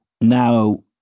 now